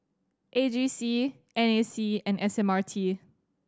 A G C N A C and S M R T